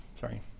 Sorry